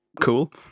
cool